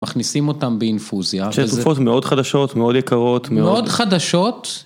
מכניסים אותם באינפוזיה. כשזה תרופות מאוד חדשות, מאוד יקרות. מאוד חדשות.